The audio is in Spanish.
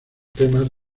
temas